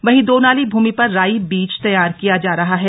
वहीं दो नाली भूमि पर राई बीज तैयार किया जा रहा है